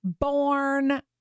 born